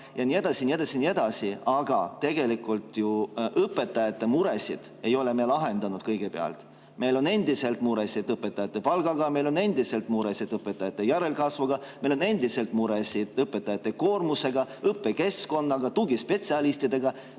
ja nii edasi ja nii edasi, aga tegelikult ei ole me ju kõigepealt lahendanud õpetajate muresid. Meil on endiselt mure õpetajate palgaga, meil on endiselt mure õpetajate järelkasvuga, meil on endiselt mure õpetajate koormusega, õppekeskkonnaga, tugispetsialistidega